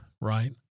right